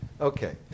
Okay